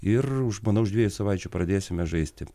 ir už manau už dviejų savaičių pradėsime žaisti